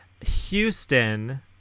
Houston